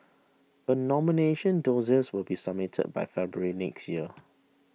a nomination dossiers will be submitted by February next year